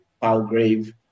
Palgrave